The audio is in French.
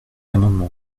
amendement